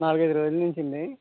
నాలుగు ఐదు రోజుల నుంచి అండి